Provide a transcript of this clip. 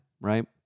right